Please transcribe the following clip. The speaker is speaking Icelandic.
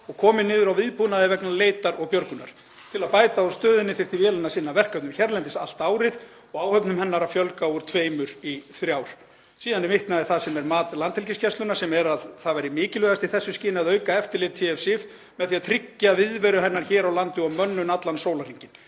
og komið niður á viðbúnaði vegna leitar og björgunar. Til að bæta úr stöðunni þyrfti vélin að sinna verkefnum hérlendis allt árið og áhöfnum hennar að fjölga úr tveimur í þrjár.“ Síðan er vitnað í mat Landhelgisgæslunnar sem er að það væri mikilvægast í því skyni að auka eftirlit TF-Sifjar með því að tryggja viðveru hennar hér á landi og mönnun allan sólarhringinn.